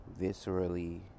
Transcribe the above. viscerally